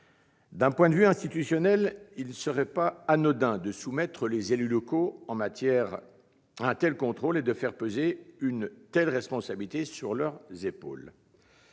D'un point de vue institutionnel, il ne serait pas anodin de soumettre les élus locaux à un tel contrôle et de faire peser une telle responsabilité sur leurs épaules.